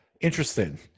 Interesting